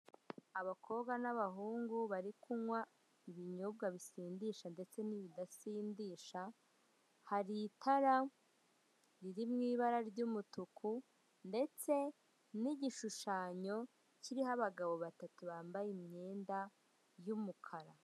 Abakobwa n'abahungu bari kunywa ibinyobwa bisindisha ndetse n'ibidasindisha, hari itara riri mu ibara ry'umutuku ndetse n'igishushanyo kiriho abagabo batatu bambaye imyenda y'umukara.